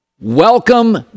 Welcome